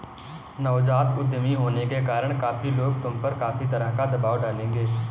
नवजात उद्यमी होने के कारण काफी लोग तुम पर काफी तरह का दबाव डालेंगे